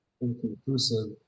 inconclusive